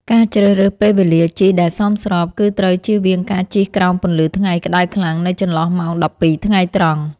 ការជ្រើសរើសពេលវេលាជិះដែលសមស្រប គឺត្រូវជៀសវាងការជិះក្រោមពន្លឺថ្ងៃក្ដៅខ្លាំងនៅចន្លោះម៉ោង ១២ ថ្ងៃត្រង់។